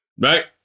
right